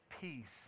peace